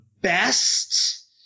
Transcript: best